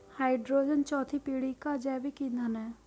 hydrogen चौथी पीढ़ी का जैविक ईंधन है